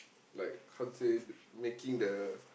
like how to say making the